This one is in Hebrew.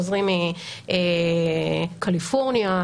חוזרים מקליפורניה,